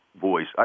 voice